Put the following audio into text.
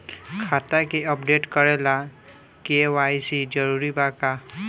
खाता के अपडेट करे ला के.वाइ.सी जरूरी बा का?